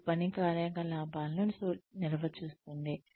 ఇది పని కార్యకలాపాలను నిర్వచిస్తుంది